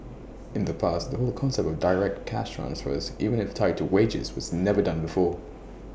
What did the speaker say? in the past that whole concept of direct cash transfers even if tied to wages was never done before